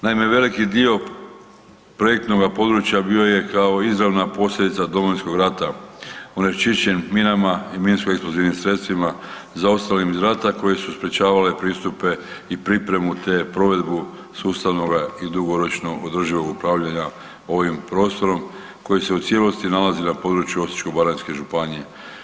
Naime veliki dio projektnog područja bio je kao izravna posljedica Domovinskog rata, onečišćen minama i minskoeksplozivnim sredstvima zaostalim iz rata koje su sprečavale pristupe i pripremu te provedbu sustavnog i dugoročno održivog upravljanja ovim prostorom koji se u cijelosti nalazi na području Osječko-baranjske županije.